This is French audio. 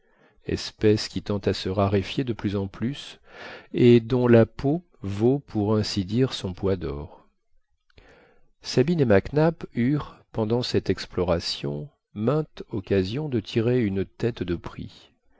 espèce qui tend à se raréfier de plus en plus et dont la peau vaut pour ainsi dire son poids d'or sabine et mac nap eurent pendant cette exploration mainte occasion de tirer une tête de prix